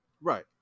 Right